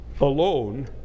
alone